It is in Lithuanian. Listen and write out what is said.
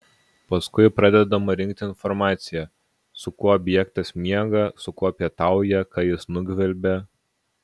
paskui pradedama rinkti informacija su kuo objektas miega su kuo pietauja ką jis nugvelbė